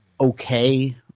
okay